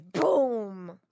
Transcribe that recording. Boom